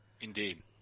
Indeed